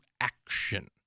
action